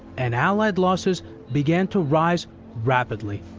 and allied losses began to rise rapidly,